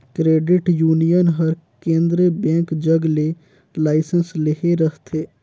credit union हर केंद्रीय bank जग ले लाइसेंस लेहे रहथे